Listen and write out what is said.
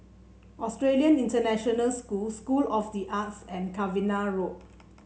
Australian International School School of the Arts and Cavenagh Road